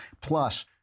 Plus